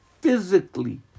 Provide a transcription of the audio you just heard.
physically